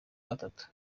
gatatu